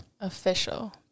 Official